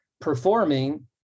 performing